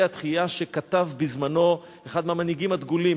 התחייה שכתב בזמנו אחד מהמנהיגים הדגולים,